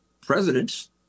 presidents